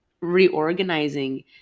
reorganizing